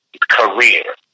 career